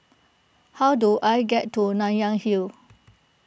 how do I get to Nanyang Hill